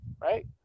Right